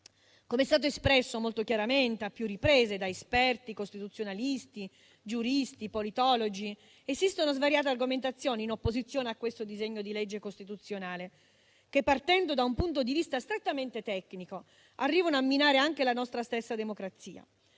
Com'è stato espresso molto chiaramente e a più riprese da esperti costituzionalisti, giuristi e politologi, esistono svariate argomentazioni in opposizione a questo disegno di legge costituzionale, che, partendo da un punto di vista strettamente tecnico, arrivano a minare la nostra stessa democrazia.